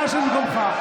נא לשבת במקומך.